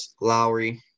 Lowry